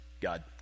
God